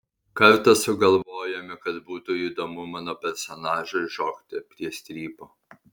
kartą sugalvojome kad būtų įdomu mano personažui šokti prie strypo